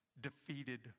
defeated